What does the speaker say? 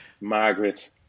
Margaret